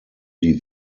die